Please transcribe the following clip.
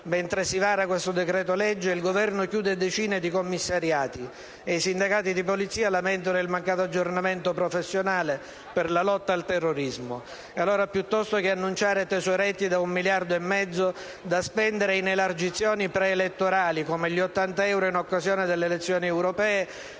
Mentre si vara questo decreto-legge, il Governo chiude decine di commissariati ed i sindacati di polizia lamentano il mancato aggiornamento professionale per la lotta al terrorismo. Allora, piuttosto che annunciare tesoretti da un miliardo e mezzo da spendere in elargizioni pre-elettorali, come con gli 80 euro in occasione delle elezioni europee,